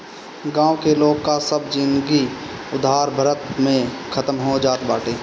गांव के लोग कअ सब जिनगी उधारे भरत में खतम हो जात बाटे